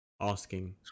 asking